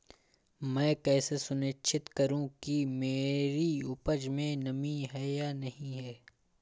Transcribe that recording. मैं कैसे सुनिश्चित करूँ कि मेरी उपज में नमी है या नहीं है?